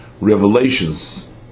revelations